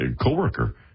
co-worker